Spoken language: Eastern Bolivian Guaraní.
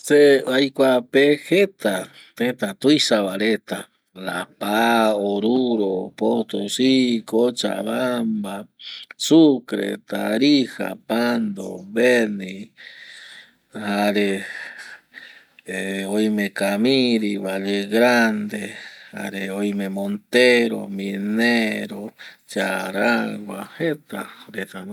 Se aikoa pe jeta tëtä tuisa va reta la paz, oruro, potosi, cochabamba, sucre, tarija, pando, beni jare oime camiri, vallegrande jare oime montero, minero, charagua jeta reta no